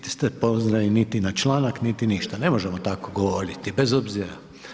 Niste pozvani niti na članak, niti ništa, ne možemo tako govoriti, bez obzira.